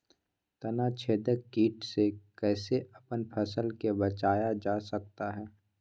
तनाछेदक किट से कैसे अपन फसल के बचाया जा सकता हैं?